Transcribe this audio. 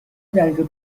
دقیقه